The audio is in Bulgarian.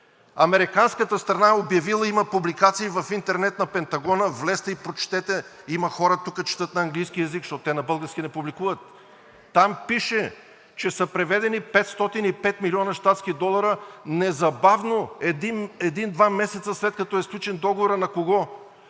Американската страна е обявила, има публикации на Пентагона в интернет, влезте и прочетете. Има хора тук, четат на английски език, защото те на български не публикуват. Там пише, че са преведени 505 млн. щатски долара незабавно, един-два месеца след като е сключен Договорът. На кого?!